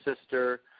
sister